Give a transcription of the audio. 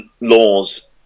laws